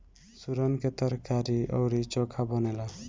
सुरन के तरकारी अउरी चोखा बनेला